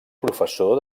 professor